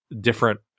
different